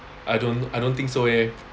I don't I don't think so eh